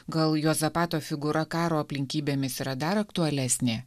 gal juozapato figūra karo aplinkybėmis yra dar aktualesnė